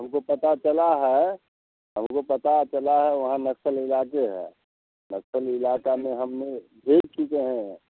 हमको पता चला है हमको पता चला है वहाँ नक्सल इलाके हैं नक्सली इलाके में हमने यह ही चीज़ें हैं